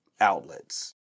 outlets